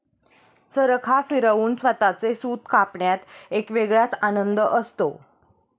चरखा फिरवून स्वतःचे सूत कापण्यात एक वेगळाच आनंद असतो